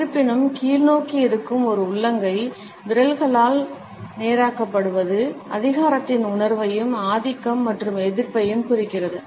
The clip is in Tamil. இருப்பினும் கீழ்நோக்கி இருக்கும் ஒரு உள்ளங்கை விரல்களால் நேராக்கப்படுவது அதிகாரத்தின் உணர்வையும் ஆதிக்கம் மற்றும் எதிர்ப்பையும் குறிக்கிறது